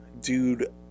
dude